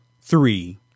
three